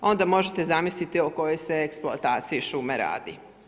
Onda možete zamisliti o kojoj se eksploataciji šume radi.